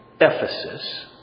Ephesus